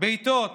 בעיטות,